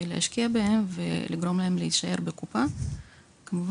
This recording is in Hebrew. להשקיע בהם ולגרום להם להישאר בקופה כדי